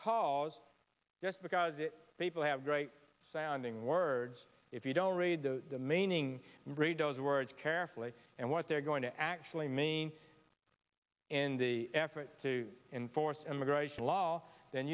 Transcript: because just because it people have great sounding words if you don't read the maining read those words carefully and what they're going to actually mean in the effort to enforce immigration law then